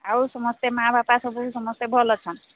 ଆଉ ସମସ୍ତେ ମାଆ ବାପା ସମସ୍ତେ ଭଲ ଅଛନ୍ତି